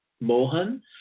Mohan